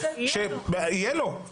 יהיה לו,